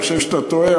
אני חושב שאתה טועה.